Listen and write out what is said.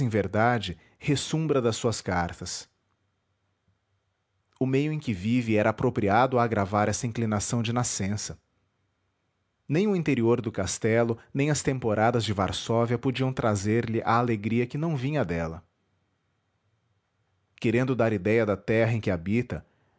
verdade ressumbra das suas cartas o meio em que vive era apropriado a agravar essa inclinação de nascença nem o interior do castelo nem as temporadas de varsóvia podiam trazer-lhe a alegria que não vinha dela querendo dar idéia da terra em que habita